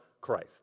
Christ